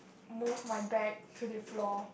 move my bag to the floor